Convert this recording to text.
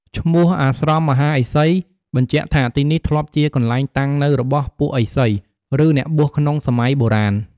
ឈ្មោះ "អាស្រមមហាឥសី" បញ្ជាក់ថាទីនេះធ្លាប់ជាកន្លែងតាំងនៅរបស់ពួកឥសី ឬអ្នកបួសក្នុងសម័យបុរាណ។